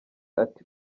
ati